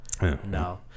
no